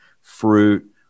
fruit